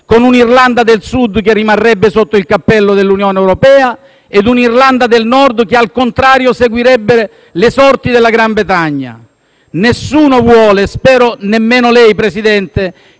d'Irlanda che rimarrebbe sotto il cappello dell'Unione europea e un Irlanda del Nord che, al contrario, seguirebbe le sorti del Regno Unito. Nessuno vuole - spero nemmeno lei, presidente